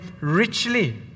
richly